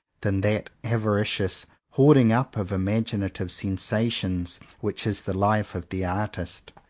than that avaricious hoarding up of imaginative sensations which is the life of the artist.